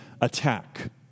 attack